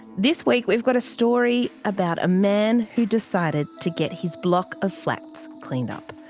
this week, we've got a story about a man who decided to get his block of flats cleaned up.